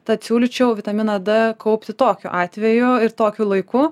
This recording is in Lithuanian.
tad siūlyčiau vitaminą d kaupti tokiu atveju ir tokiu laiku